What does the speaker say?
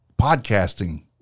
podcasting